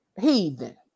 heathen